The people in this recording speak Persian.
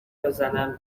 بزنم